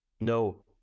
No